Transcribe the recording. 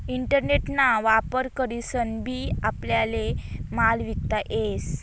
internet ना वापर करीसन बी आपल्याले माल विकता येस